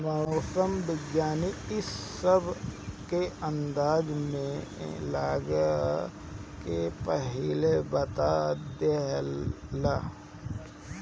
मौसम विज्ञानी इ सब के अंदाजा लगा के पहिलहिए बता देवेला